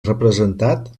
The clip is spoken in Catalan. representat